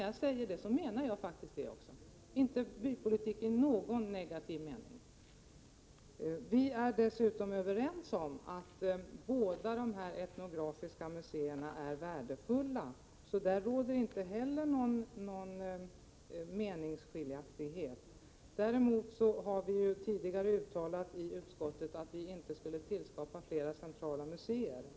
Jag menade det också —- jag talade inte om bypolitik i någon negativ mening. Vi är dessutom överens om att båda dessa etnografiska museer är värdefulla, så där råder inte heller någon meningsskiljaktighet. Däremot har utskottet tidigare uttalat att det inte skulle skapas fler centrala museer.